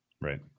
right